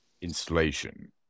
installation